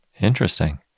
Interesting